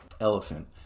Elephant